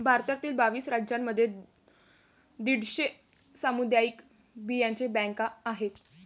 भारतातील बावीस राज्यांमध्ये दीडशे सामुदायिक बियांचे बँका आहेत